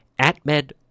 AtMed